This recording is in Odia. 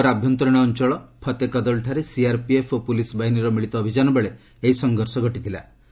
ଶ୍ରୀ ନଗରର ଆଭ୍ୟନ୍ତରୀଣ ଅଞ୍ଚଳ ଫତେ କଦଲ୍ଠାରେ ସିଆର୍ପିଏଫ୍ ଓ ପୁଲିସ୍ ବାହିନୀର ମିଳିତ ଅଭିଯାନବେଳେ ଏହି ସଂଘର୍ଷ ଘଟିଥିଲା